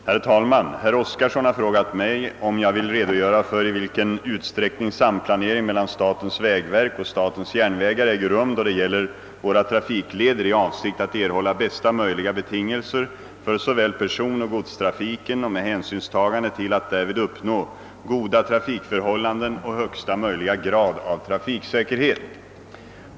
Herr talman! Herr Oskarson har frågat, om jag vill redogöra för i vilken utsträckning samplanering mellan statens vägverk och statens järnvägar äger rum då det gäller våra trafikleder i avsikt att erhålla bästa möjliga betingelser för såväl personsom godstrafiken och med hänsynstagande till möjligheten att därvid uppnå goda trafikförhållanden och högsta möjliga grad av trafiksäkerhet.